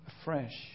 afresh